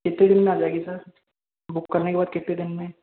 कितने दिन में आ जाएगी सर बुक करने के बाद किते दिन में